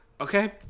Okay